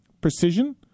precision